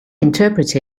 interpret